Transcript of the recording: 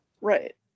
Right